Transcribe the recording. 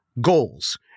goals